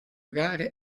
gare